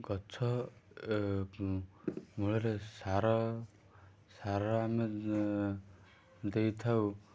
ଗଛ ମୂଳରେ ସାର ସାର ଆମେ ଦେଇଥାଉ